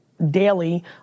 daily